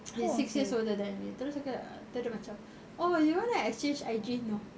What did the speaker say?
he's six years older than me terus aku dia macam oh you want to exchange I_G no